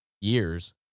years